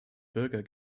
bürger